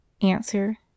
Answer